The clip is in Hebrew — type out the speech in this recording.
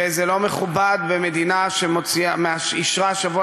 וזה לא מכובד במדינה שאישרה בשבוע